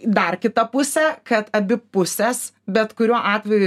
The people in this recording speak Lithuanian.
dar kita pusė kad abi pusės bet kuriuo atveju